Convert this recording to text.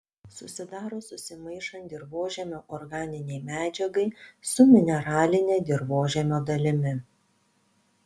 susidaro susimaišant dirvožemio organinei medžiagai su mineraline dirvožemio dalimi